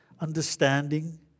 understanding